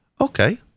Okay